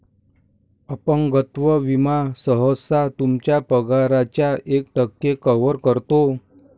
अपंगत्व विमा सहसा तुमच्या पगाराच्या एक टक्के कव्हर करतो